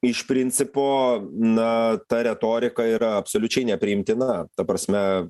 iš principo na ta retorika yra absoliučiai nepriimtina ta prasme